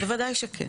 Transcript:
בוודאי שכן.